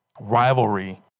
rivalry